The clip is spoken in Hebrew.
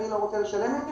אני לא רוצה לשלם את זה,